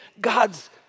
God's